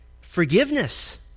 forgiveness